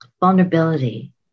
vulnerability